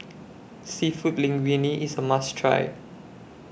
Seafood Linguine IS A must Try